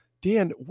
Dan